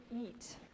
eat